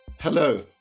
Hello